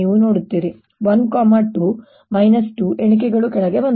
1 2 2 ಎಣಿಕೆಗಳು ಕೆಳಗೆ ಬಂದವು ಮತ್ತೆ ನೋಡಿ 1 2